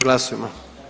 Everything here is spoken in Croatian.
Glasujmo.